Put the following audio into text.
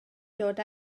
dod